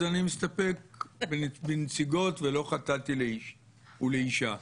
אז אני מסתפק בנציגות ולא חטאתי לאיש ולאישה.